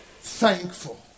Thankful